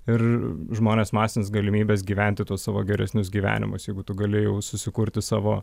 ir žmonės masins galimybes gyventi tuo savo geresnius gyvenimus jeigu tu gali jau susikurti savo